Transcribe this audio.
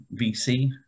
VC